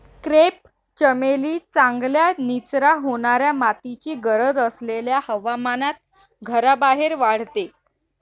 crepe चमेली चांगल्या निचरा होणाऱ्या मातीची गरज असलेल्या हवामानात घराबाहेर वाढते